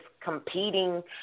Competing